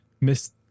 miss